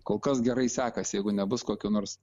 kol kas gerai sekasi jeigu nebus kokių nors